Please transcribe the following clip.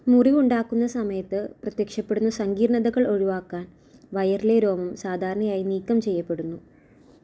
മുറിവുണ്ടാക്കുന്ന സമയത്ത് പ്രത്യക്ഷപ്പെടുന്ന സങ്കീർണതകൾ ഒഴിവാക്കാൻ വയറിലെ രോമം സാധാരണയായി നീക്കം ചെയ്യപ്പെടുന്നു